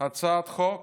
הצעת חוק